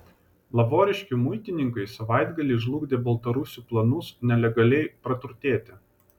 lavoriškių muitininkai savaitgalį žlugdė baltarusių planus nelegaliai praturtėti